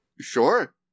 Sure